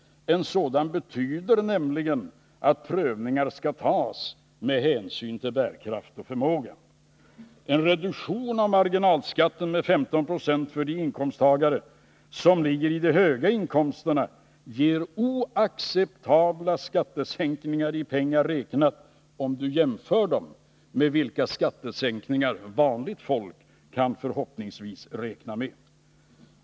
En sådan betyder nämligen att prövningar skall tas med hänsyn till bärkraft och förmåga. En reduktion av marginalskatten med 15 26 för de inkomsttagare som ligger i de höga inkomsterna ger oacceptabla skattesänkningar i pengar räknat, om vi jämför dem med de skattesänkningar vanligt folk förhoppningsvis kan räkna med.